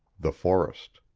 the forest.